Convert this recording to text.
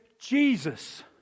Jesus